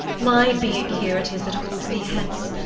my being here it is that holds thee hence.